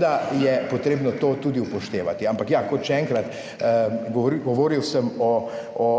seveda je potrebno to tudi upoštevati. Ampak ja, kot še enkrat, govoril sem o